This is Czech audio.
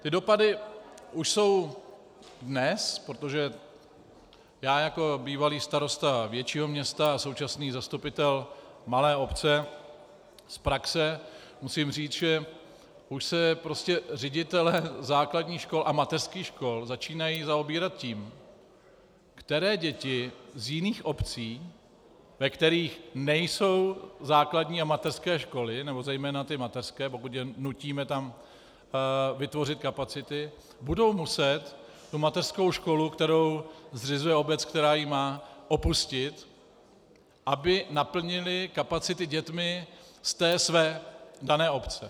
Ty dopady už jsou dnes, protože já jako bývalý starosta většího města a současný zastupitel malé obce z praxe musím říct, že už se prostě ředitelé základních škol a mateřských škol začínají zaobírat tím, které děti z jiných obcí, ve kterých nejsou základní a mateřské školy, nebo zejména mateřské, pokud je nutíme tam vytvořit kapacity, budou muset mateřskou školu, kterou zřizuje obec, která ji má, opustit, aby naplnili kapacity dětmi z té své dané obce.